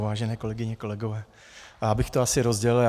Vážené kolegyně, kolegové, já bych to asi rozdělil.